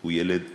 הוא ילד עני.